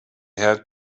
had